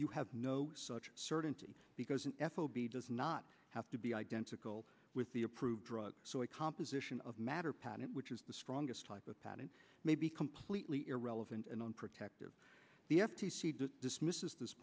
you have no such certainty because an f o b does not have to be identical with the approved drug so a composition of matter patent which is the strongest type of patent may be completely irrelevant and unprotected the f t c does dismisses this